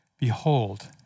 Behold